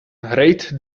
rate